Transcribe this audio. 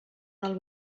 del